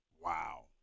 wow